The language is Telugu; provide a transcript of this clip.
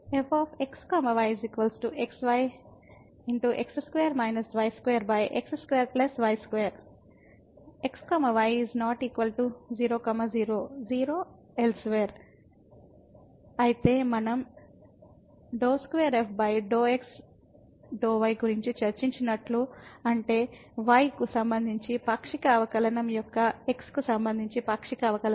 f x y xyx2y2 x y ≠ 0 0 0 elsewhere కాబట్టి మనం ∂2f∂ x ∂ y గురించి చర్చించినట్లు అంటే y కు సంబంధించి పాక్షిక అవకలనం యొక్క x కు సంబంధించి పాక్షిక అవకలనం